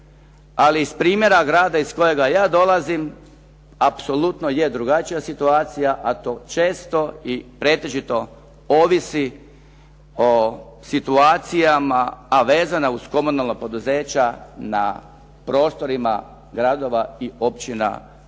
Ali iz primjera grada iz kojega ja dolazim apsolutno jest drugačija situacija a to često i pretežito ovisi o situacijama a vezano uz komunalna poduzeća na prostorima gradova i općina na